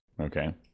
Okay